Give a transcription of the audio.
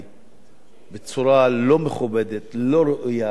בצורה לא מכובדת, לא ראויה, לא פוליטית,